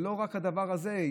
זה לא רק הדבר הזה,